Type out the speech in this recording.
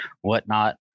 whatnot